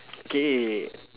K